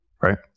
Right